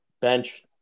bench